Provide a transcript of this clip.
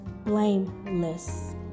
blameless